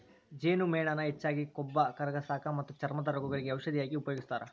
ಜೇನುಮೇಣಾನ ಹೆಚ್ಚಾಗಿ ಕೊಬ್ಬ ಕರಗಸಾಕ ಮತ್ತ ಚರ್ಮದ ರೋಗಗಳಿಗೆ ಔಷದ ಆಗಿ ಉಪಯೋಗಸ್ತಾರ